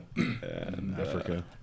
Africa